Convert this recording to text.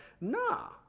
Nah